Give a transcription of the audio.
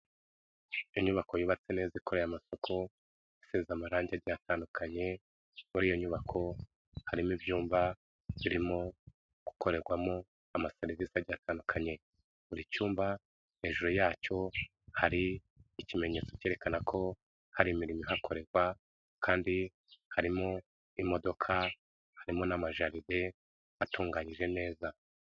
Iyonyubako yubatse neza i koreye amasuku isize amarangi rya atandukanye muri iyo nyubako harimo ibyumba birimo gukorerwamo amaserevisi agiye atandukanye buri cyumba hejuru yacyo hari ikimenyetso cyerekana ko hari imirimo ihakorerwa kandi harimo imodoka harimo n'amajaride atunganyije neza.